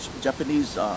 Japanese